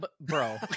bro